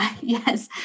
Yes